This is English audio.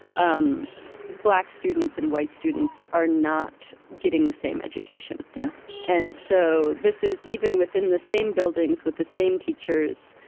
um black students and white students are not getting the same education yeah and so this is even within the same buildings, with the same teachers,